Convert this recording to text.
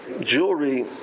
Jewelry